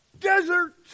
desert